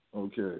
Okay